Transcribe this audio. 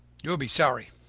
you'll be sorry.